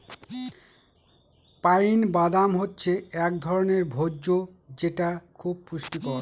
pine বাদাম হচ্ছে এক ধরনের ভোজ্য যেটা খুব পুষ্টিকর